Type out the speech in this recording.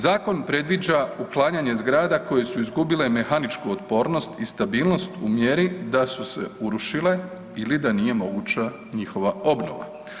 Zakon predviđa uklanjanje zgrada koje su izgubile mehaničku otpornost i stabilnost u mjeri da se urušile ili da nije moguća njihova obnova.